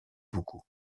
beaucoup